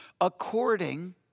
according